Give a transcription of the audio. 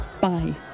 bye